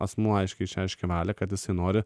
asmuo aiškiai išreiškė valią kad jisai nori